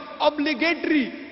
obligatory